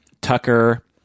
Tucker